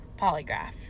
polygraph